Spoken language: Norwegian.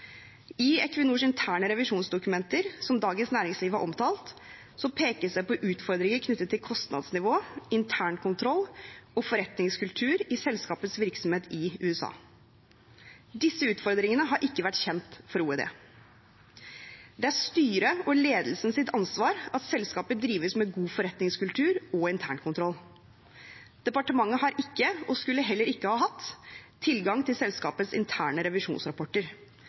I Equinors interne revisjonsdokumenter, som Dagens Næringsliv har omtalt, pekes det på utfordringer knyttet til kostnadsnivå, internkontroll og forretningskultur i selskapets virksomhet i USA. Disse utfordringene har ikke vært kjent for OED. Det er styrets og ledelsens ansvar at selskapet drives med god forretningskultur og god internkontroll. Departementet har ikke og skulle heller ikke ha hatt tilgang til selskapets interne revisjonsrapporter.